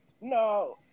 No